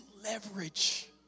leverage